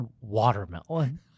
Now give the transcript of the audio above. watermelon